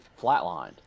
flatlined